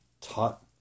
taught